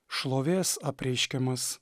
šlovės apreiškimas